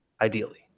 ideally